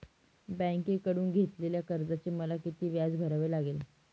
बँकेकडून घेतलेल्या कर्जाचे मला किती व्याज भरावे लागेल?